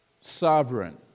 Sovereign